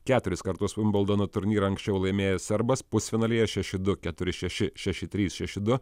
keturis kartus vimbldono turnyrą anksčiau laimėjęs serbas pusfinalyje šeši du keturi šeši šeši trys šeši du